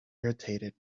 irritated